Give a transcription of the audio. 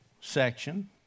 section